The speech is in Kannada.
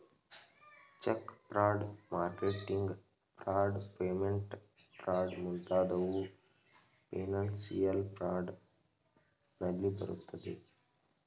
check fraud, marketing fraud, payment fraud ಮುಂತಾದವು ಫಿನನ್ಸಿಯಲ್ ಫ್ರಾಡ್ ನಲ್ಲಿ ಬರುತ್ತವೆ